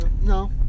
No